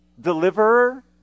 Deliverer